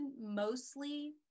mostly